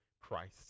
Christ